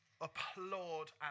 Applaud